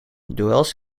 duels